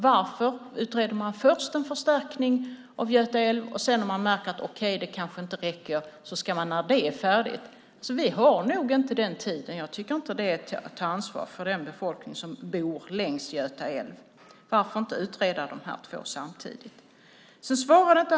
Varför utreder man först en förstärkning av Göta älv, och sedan när man märker att okej, det kanske inte räcker, ska man ha det färdigt? Vi har nog inte den tiden. Jag tycker inte att det är att ta ansvar för den befolkning som bor längs Göta älv. Varför inte utreda de två alternativen samtidigt?